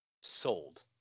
sold